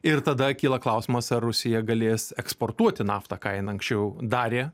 ir tada kyla klausimas ar rusija galės eksportuoti naftą ką jin anksčiau darė